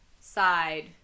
side